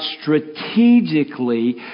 strategically